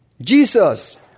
Jesus